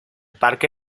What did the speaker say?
parque